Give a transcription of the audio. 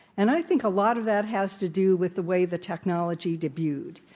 and i think a lot of that has to do with the way the technology debuted.